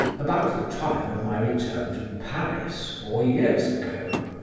about the time of my return to paris four years ago.